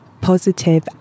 positive